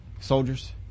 soldiers